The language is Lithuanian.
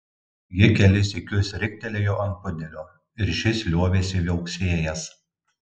ji kelis sykius riktelėjo ant pudelio ir šis liovėsi viauksėjęs